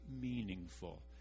meaningful